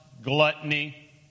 Gluttony